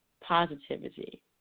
positivity